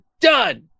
Done